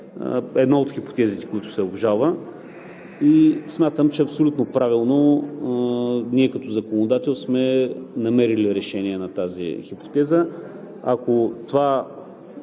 една от хипотезите, която се обжалва, и смятам, че е абсолютно правилно. Ние като законодател сме намерили решение на тази хипотеза. Ако това